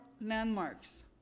landmarks